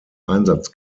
einsatz